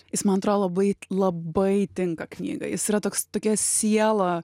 jis man atrodo labai labai tinka knygai jis yra toks tokią sielą